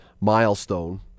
milestone